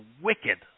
wicked